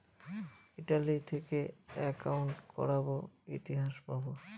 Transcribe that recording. Italy থেকে accounting করাবো ইতিহাস পাবো